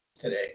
today